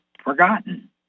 forgotten